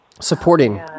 supporting